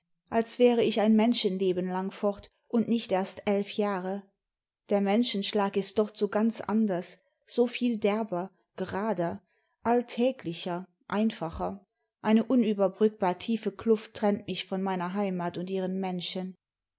als wäre ich ein menschenleben lang fort und nicht erst elf jahre der menschenschlag ist dort so ganz anders so viel derber gerader alltäglicher einfacher eine imüberbrückbar tiefe kluft trennt mich von meiner heimat und ihren menschen